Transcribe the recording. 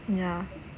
yeah